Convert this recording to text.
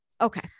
Okay